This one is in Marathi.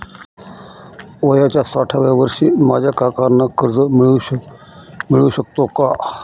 वयाच्या साठाव्या वर्षी माझ्या काकांना कर्ज मिळू शकतो का?